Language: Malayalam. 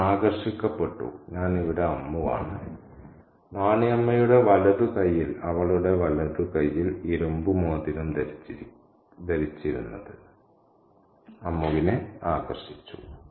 ഞാൻ ആകർഷിക്കപ്പെട്ടു ഞാൻ ഇവിടെ അമ്മുവാണ് നാനി അമ്മയുടെ വലതു കൈയിൽ അവളുടെ വലതു കൈയിൽ ഇരുമ്പു മോതിരം ധരിച്ചിരുന്നത് അമ്മുവിനെ ആകർഷിച്ചു